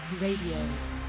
Radio